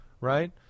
right